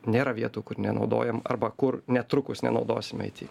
nėra vietų kur nenaudojam arba kur netrukus nenaudosim aiti